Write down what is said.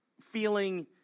feeling